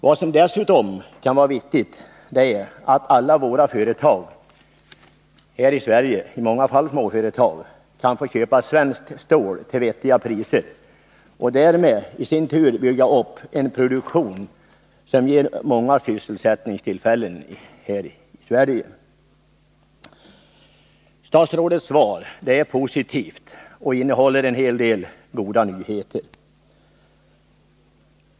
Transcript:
Vad som därutöver kan vara viktigt är att våra företag här i Sverige — i många fall småföretag — kan få köpa svenskt stål till vettiga priser och därmed i sin tur bygga upp en produktion som ger många sysselsättningstillfällen. Statsrådets svar är positivt och innehåller en hel del goda nyheter.